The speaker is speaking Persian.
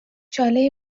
چاله